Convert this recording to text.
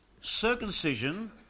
Circumcision